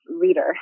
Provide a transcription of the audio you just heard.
reader